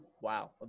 wow